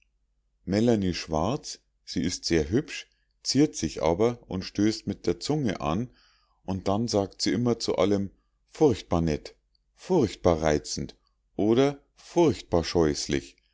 schwarz sie ist sehr hübsch ziert sich aber und stößt mit der zunge an und dann sagt sie immer zu allem furchtbar nett furchtbar reizend oder furchtbar scheußlich